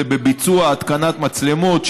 זה בביצוע: התקנת מצלמות,